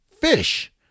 fish